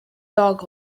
dog